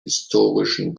historischen